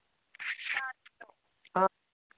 ꯑ